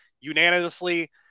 unanimously